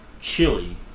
chili